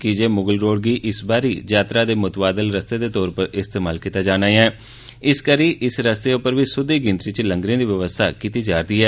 की जे मुगल रोड गी ऐकती यात्रा दे मुतवादल रस्ते दे तौरा इस्तेमाल कीता जाना ऐ इस करी स रस्ते पर बी सुद्दी गिनतरी च लंगरें दी बवस्था कीती जा'रदी ऐ